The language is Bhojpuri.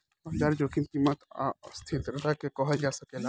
बाजार जोखिम कीमत आ अस्थिरता के कहल जा सकेला